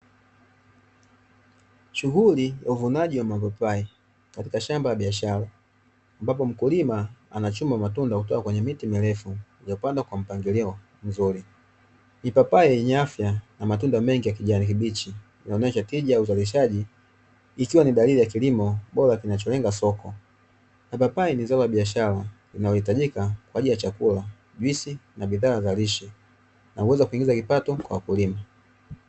Shughuli ya uvunaji wa mapapai katika shamba la biashara ambapo mkulima anachuma matunda kutoka kwenye miti mirefu ilipandwa kwa mpangilio mzuri. Mipapai yenye afya na matunda mengi ya kijani kibichi inaonesha tija ya uzalishaji ikiwa ni dalili ya kilimo bora kinacholenga soko. Mapapai ni zao la biashara linaloitajika kwajili ya chakula, juisi na bidhaa za lishe na uwezo wa kuingiza kipato kwa wakulima.